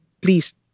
please